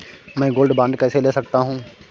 मैं gold bond कैसे ले सकता हूँ?